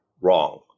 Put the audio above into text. wrong